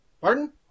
Pardon